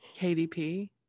kdp